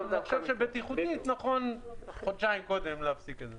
אני חושב שבטיחותית נכון חודשיים קודם להפסיק את זה.